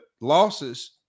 losses